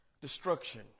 destruction